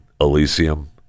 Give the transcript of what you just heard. elysium